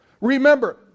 Remember